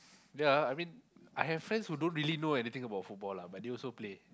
ya I mean I have friends who don't really know anything about football lah but they also play